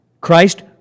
Christ